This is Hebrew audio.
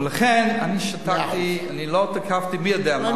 ולכן אני שתקתי, אני לא תקפתי מי יודע מה.